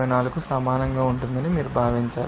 34 కు సమానంగా ఉంటుందని మీరు భావించాలి